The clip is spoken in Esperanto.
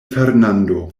fernando